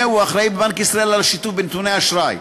שהממונה יהיה האחראי בבנק ישראל לשיתוף בנתוני האשראי.